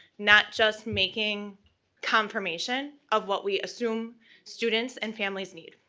not just making confirmation of what we assume students and families need.